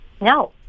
no